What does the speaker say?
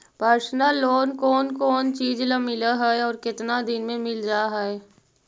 Personal loan कोन कोन चिज ल मिल है और केतना दिन में मिल जा है?